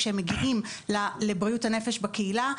כשהם מגיעים לבריאות הנפש בקהילה,